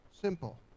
simple